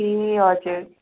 ए हजुर